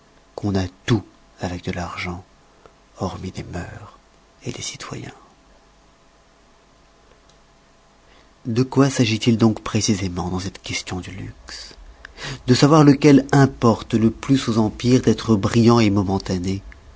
qu'on a de tout avec de l'argent hormis des mœurs des citoyens de quoi s'agit-il donc précisément dans cette question du luxe de savoir lequel importe le plus aux empires d'être brillans momentanés